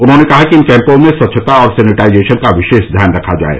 उन्होंने कहा कि इन कैम्पों में स्वच्छता और सैनिटाइजेशन का विशेष ध्यान रखा जाये